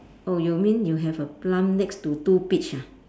oh you mean you have a plant next to two peach ah